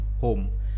home